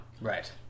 right